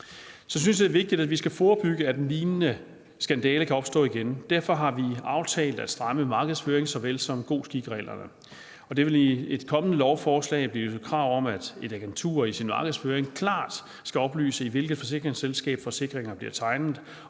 Så synes vi, at det er vigtigt, at vi skal forebygge, at en lignende skandale kan opstå igen. Derfor har vi aftalt at stramme markedsførings- så vel som god skik-reglerne. Der vil i et kommende lovforslag blive krav om, at et agentur i sin markedsføring klart skal oplyse, i hvilket forsikringsselskab forsikringer bliver tegnet,